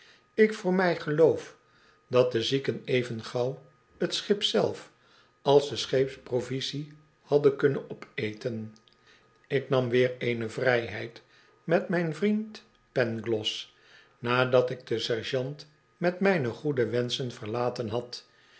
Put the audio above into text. ik voor mij geloof dat de zieken even gauw t schip zelf als de scheepspro visie hadden kunnen opeten ik nam weer eene vrijheid met mijn vriend pangloss nadat ik den sergeant met mijne goede wenschen verlaten had